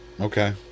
Okay